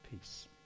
peace